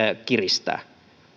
kiristää